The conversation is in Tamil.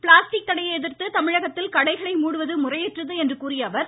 பிளாஸ்டிக் தடையை எதிர்த்து தமிழகத்தில் கடைகளை மூடுவது முறையற்றது என்று கூறிய அவர்